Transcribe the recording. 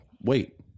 wait